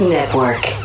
Network